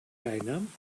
bijnaam